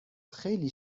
خیلی